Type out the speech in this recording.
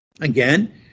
Again